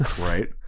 Right